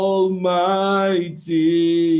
Almighty